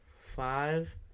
five